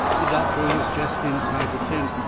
the doctor was jest inside the tent,